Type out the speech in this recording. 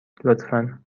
لطفا